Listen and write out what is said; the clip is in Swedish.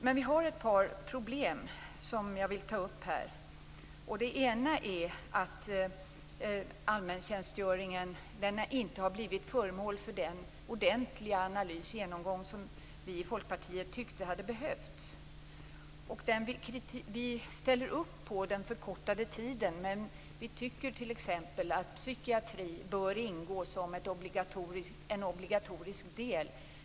Det finns dock ett par problem som jag vill ta upp. Det ena är att allmäntjänstgöringen inte har blivit föremål för den ordentliga analys och genomgång som vi i Folkpartiet tycker hade behövts. Vi ställer upp på den förkortade tiden, men vi tycker att t.ex. psykiatri bör ingå som en obligatorisk del.